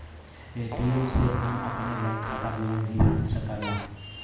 ATM से हम अपने बैंक खाता विवरण भी जान सकीला